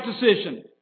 decision